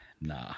Nah